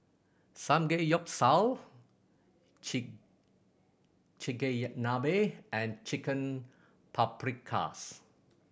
Samgeyopsal Chigenabe and Chicken Paprikas